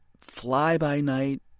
fly-by-night